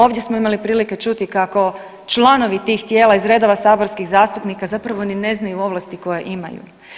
Ovdje smo imali prilike čuti kako članovi tih tijela iz redova saborskih zastupnika zapravo ni ne znaju ovlasti koje imaju.